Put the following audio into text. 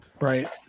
Right